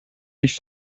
nicht